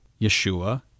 Yeshua